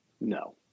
No